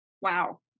Wow